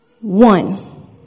one